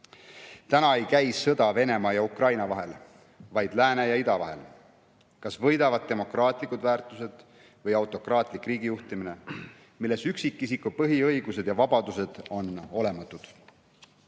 Täna ei käi sõda Venemaa ja Ukraina vahel, vaid lääne ja ida vahel. Kas võidavad demokraatlikud väärtused või autokraatlik riigijuhtimine, milles üksikisiku põhiõigused ja -vabadused on olematud?